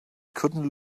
couldn’t